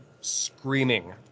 screaming